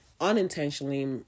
unintentionally